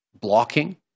blocking